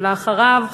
ואחריו,